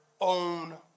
own